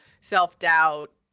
self-doubt